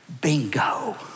Bingo